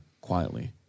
quietly